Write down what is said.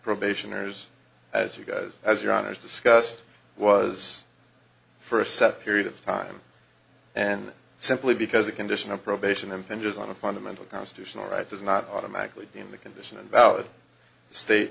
probationers as you guys as your honour's discussed was for a set period of time and simply because a condition of probation impinges on a fundamental constitutional right does not automatically mean the condition invalid state